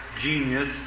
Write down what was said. genius